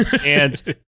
And-